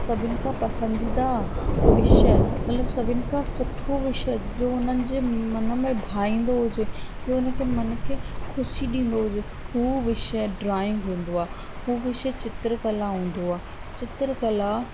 सभिनि खां पसंदीदा विषय मतिलबु सभिनि खां सुठो विषय जो हुननि जे मन में भाईंदो हुजे जो हुनजे मन खे ख़ुशी ॾींदो हुजे हू विषय ड्राइंग हूंदो आहे हू विषय चित्रकला हूंदो आहे चित्रकला